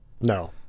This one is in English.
No